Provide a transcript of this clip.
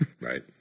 Right